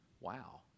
Wow